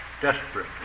desperate